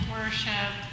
worship